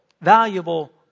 valuable